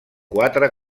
quatre